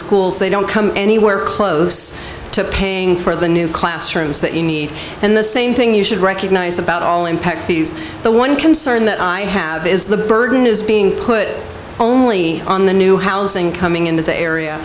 school so they don't come anywhere close to paying for the new classrooms that you need and the same thing you should recognize about all impact the one concern that i have is the burden is being put only on the new housing coming into the area